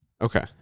Okay